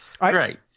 Right